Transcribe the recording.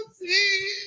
see